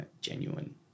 genuine